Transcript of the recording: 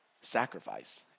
sacrifice